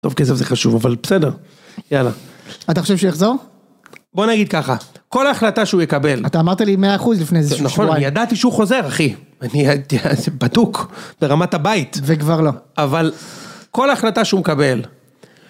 טוב, כסף זה חשוב, אבל בסדר, יאללה. אתה חושב שיחזור? בוא נגיד ככה, כל ההחלטה שהוא יקבל. אתה אמרת לי 100% לפני איזושהי שבועיים. נכון, ידעתי שהוא חוזר, אחי. אני הייתי בדוק, ברמת הבית. וכבר לא. אבל כל ההחלטה שהוא מקבל...